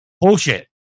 Bullshit